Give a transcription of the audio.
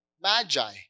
magi